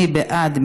מי בעד?